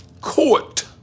court